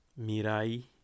Mirai